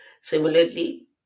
Similarly